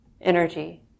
energy